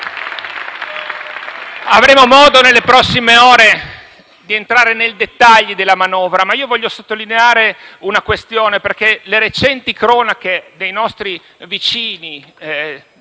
Avremo modo nelle prossime ore di entrare nei dettagli della manovra, ma voglio sottolineare una questione perché le recenti cronache dei nostri vicini